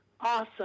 awesome